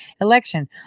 election